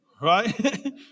Right